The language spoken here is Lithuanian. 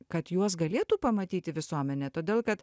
kad juos galėtų pamatyti visuomenė todėl kad